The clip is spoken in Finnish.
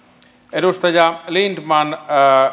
edustaja lindtman